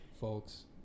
folks